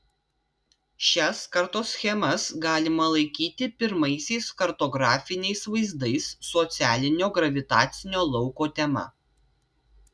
šias kartoschemas galima laikyti pirmaisiais kartografiniais vaizdais socialinio gravitacinio lauko tema